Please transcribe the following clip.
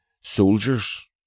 soldiers